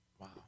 Wow